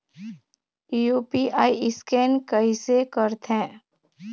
UPI scan कइसे करथे?